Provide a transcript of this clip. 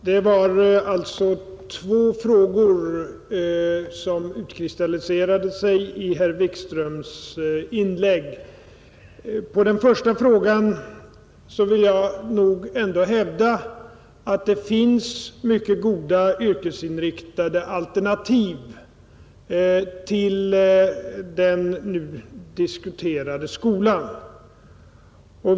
Herr talman! Det var två frågor som utkristalliserade sig i herr Wikströms inlägg. Som svar på den första frågan vill jag nog ändå hävda att det finns mycket goda yrkesinriktade alternativ till den nu diskuterade skolan.